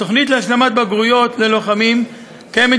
התוכנית להשלמת בגרויות ללוחמים קיימת